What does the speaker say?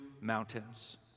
mountains